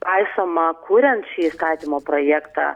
paisoma kuriant šį įstatymo projektą